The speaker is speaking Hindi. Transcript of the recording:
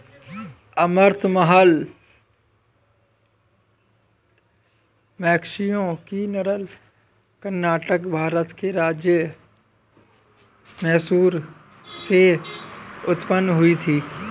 अमृत महल मवेशियों की नस्ल कर्नाटक, भारत के राज्य मैसूर से उत्पन्न हुई थी